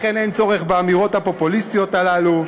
לכן אין צורך באמירות הפופוליסטיות האלה.